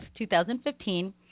2015